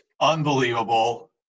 unbelievable